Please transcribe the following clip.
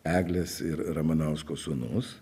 eglės ir ramanausko sūnus